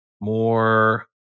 more